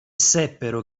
seppero